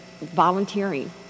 volunteering